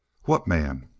what man?